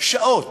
שעות